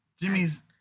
jimmy's